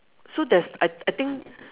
so that's I I think